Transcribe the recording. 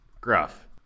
gruff